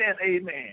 amen